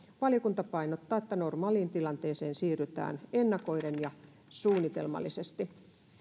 valiokunta painottaa että normaaliin tilanteeseen siirrytään ennakoiden ja suunnitelmallisesti